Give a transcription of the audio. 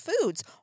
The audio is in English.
Foods